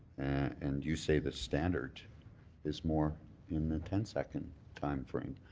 and you say the standard is more in the ten second time frame.